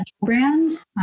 brands